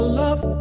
love